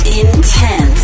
intense